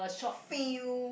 feel